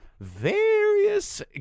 various